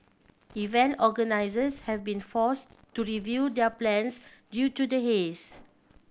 event organisers have been forced to review their plans due to the haze